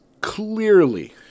clearly